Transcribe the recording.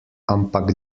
ampak